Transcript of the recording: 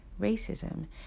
racism